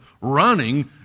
running